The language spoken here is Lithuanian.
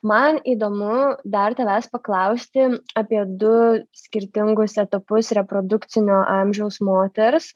man įdomu dar tavęs paklausti apie du skirtingus etapus reprodukcinio amžiaus moters